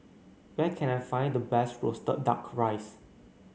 where can I find the best roasted duck rice